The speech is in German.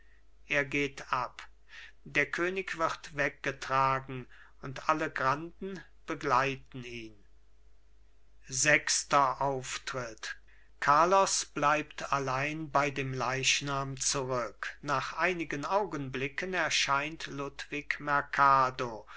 er geht ab der könig wird weggetragen und alle granden begleiten ihn sechster auftritt carlos bleibt allein bei dem leichnam zurück nach einigen augenblicken erscheint ludwig merkado